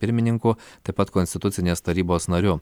pirmininku taip pat konstitucinės tarybos nariu